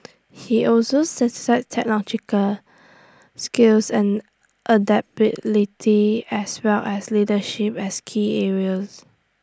he also cite cited technological skills and adaptability as well as leadership as key areas